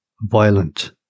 violent